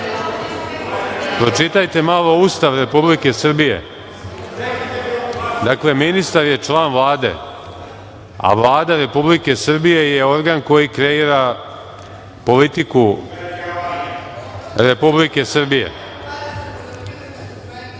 Pročitajte malo Ustav Republike Srbije. Dakle, ministar je član Vlade, a Vlada Republike Srbije je organ koji kreira politiku Republike Srbije.(Jelena